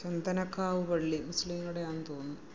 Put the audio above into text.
ചന്ദനക്കാവ് പള്ളി മുസ്ലീങ്ങളുടെ ആണ് തോന്നുന്നു